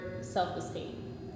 self-esteem